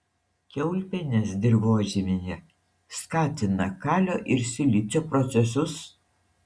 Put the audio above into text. kiaulpienės dirvožemyje skatina kalio ir silicio procesus